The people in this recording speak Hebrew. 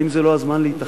האם זה לא הזמן להתאחד?